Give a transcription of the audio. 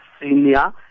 senior